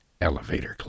Elevator